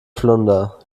flunder